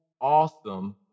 awesome